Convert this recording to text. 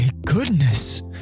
goodness